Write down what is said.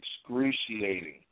excruciating